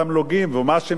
ומה שמגיע,